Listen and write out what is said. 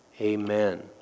amen